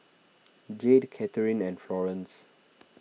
Jade Kathryn and Florance